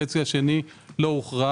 החצי השני לא הוחרג